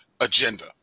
agenda